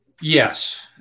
Yes